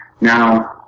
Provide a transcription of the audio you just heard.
Now